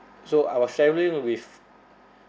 so I was travelling with